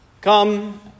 Come